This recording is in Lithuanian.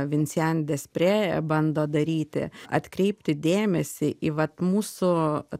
vincian despre bando daryti atkreipti dėmesį į vat mūsų